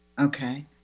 Okay